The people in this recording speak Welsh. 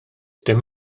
dim